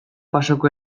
pasoko